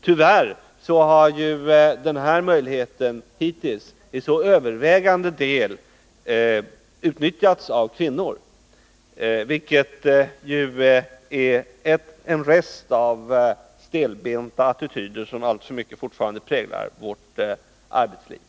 Tyvärr har ju den här möjligheten hittills till övervägande del utnyttjats av kvinnor, vilket ju är en rest av stelbenta attityder som fortfarande präglar vårt arbetsliv.